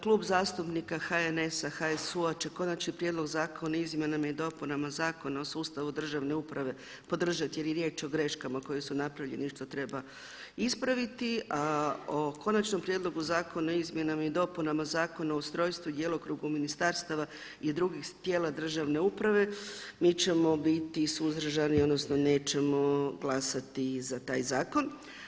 Klub zastupnika HNS-a, HSU-a će Konačni prijedlog zakona o izmjenama i dopunama Zakona o sustavu državne uprave podržati jer je riječ o greškama koje su napravljene i što treba ispraviti, a o Konačnom prijedlogu zakona o izmjenama i dopunama Zakona o ustrojstvu i djelokrugu ministarstava i drugih tijela državne uprave mi ćemo biti suzdržani, odnosno nećemo glasati za taj zakon.